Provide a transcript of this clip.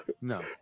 No